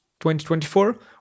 2024